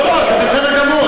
לא, לא, זה בסדר גמור,